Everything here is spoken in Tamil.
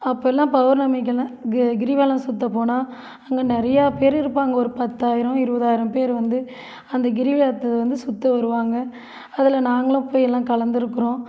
அப்போல்லாம் பௌர்ணமிகெல்லாம் கி கிரிவலம் சுத்தப் போனால் அங்கே நிறையா பேர் இருப்பாங்க ஒரு பத்தாயிரம் இருபதாயிரம் பேர் வந்து அந்த கிரிவலத்தை வந்து சுற்ற வருவாங்க அதில் நாங்களும் போய் எல்லாம் கலந்துருக்குறோம்